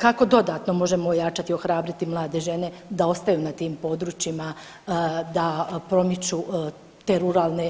Kako dodatno možemo ojačati, ohrabriti mlade žene da ostaju na tim područjima, da promiču te ruralne